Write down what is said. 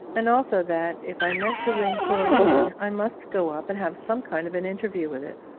and also that, if i meant to win chlorine, i must go up and have some kind of an interview with it.